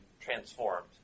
transformed